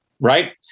right